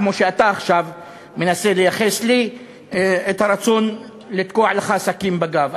כמו שאתה עכשיו מנסה לייחס לי את הרצון לתקוע לך סכין בגב,